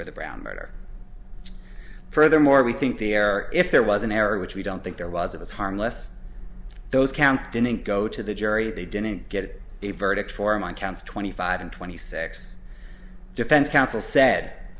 for the brown murder furthermore we think the error if there was an error which we don't think there was it was harmless those counts didn't go to the jury they didn't get a verdict form on counts twenty five and twenty six defense counsel said